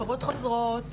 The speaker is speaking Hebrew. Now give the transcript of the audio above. הפרות חוזרות,